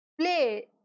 play